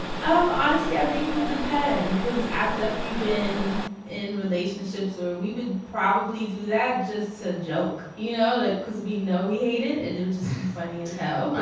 um honestly, i think it would depend because i've definitely been in relationships where we would probably do that just to joke, you know like because we know we hate it, and it would just be funny as hell. but